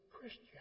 Christian